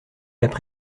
apprit